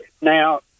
now